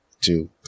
two